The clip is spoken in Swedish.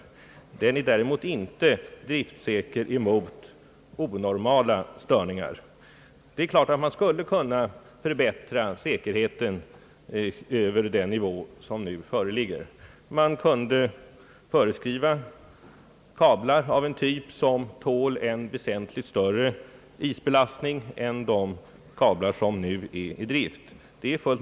Däremot täcker taxesystemet inte driftsäkerhet mot onormala störningar. Man skulle naturligtvis i och för sig kunna förbättra säkerheten. Man kunde föreskriva kablar av en typ som tål väsentligt större isbelastning än de kablar som nu användes.